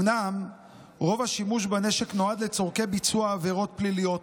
אומנם רוב השימוש בנשק נועד לצורכי ביצוע עבירות פליליות,